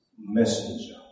messenger